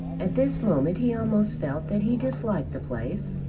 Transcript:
at this moment he almost felt that he disliked the place,